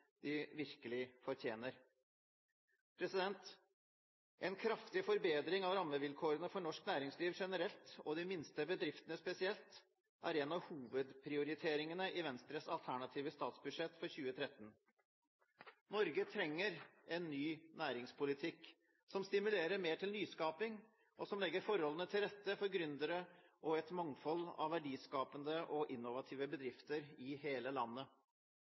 de virkelig fortjener. En kraftig forbedring av rammevilkårene for norsk næringsliv generelt og de minste bedriftene spesielt er en av hovedprioriteringene i Venstres alternative statsbudsjett for 2013. Norge trenger en ny næringspolitikk, som stimulerer mer til nyskaping og som legger forholdene til rette for gründere og et mangfold av verdiskapende og innovative bedrifter i hele landet.